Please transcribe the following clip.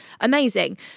amazing